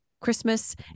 Christmas